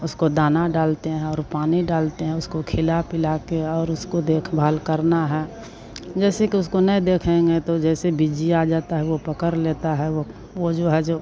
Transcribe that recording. उसको दाना डालते हैं और पानी डालते हैं उसको खिला पिलाकर और उसको देखभाल करना है जैसे कि उसको नहीं देखेंगे तो जैसे बिजी आ जाता है वह पकड़ लेता है वह वह जो है जो